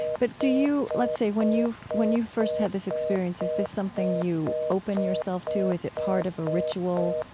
but do you, let's say, when you've when you've first had this experience is this something you open yourself to? is it part of of a ritual?